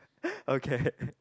okay